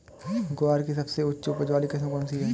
ग्वार की सबसे उच्च उपज वाली किस्म कौनसी है?